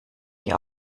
die